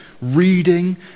reading